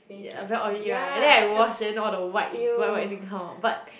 yeah very oily right and then I wash then all the white white white thing come out but